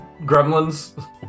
gremlins